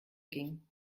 ging